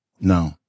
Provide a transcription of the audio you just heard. No